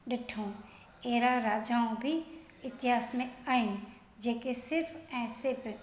ॾिठो अहिड़ा राजाऊं बि इतिहासु में आहिनि जेके सिर्फ़ु ऐं सिर्फ़ु